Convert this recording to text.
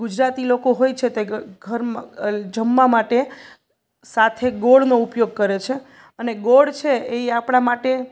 ગુજરાતી લોકો હોય છે તે જમવા માટે સાથે ગોળનો ઉપયોગ કરે છે અને ગોળ છે એ આપણા માટે